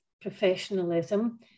professionalism